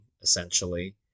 essentially